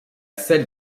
celle